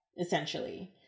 essentially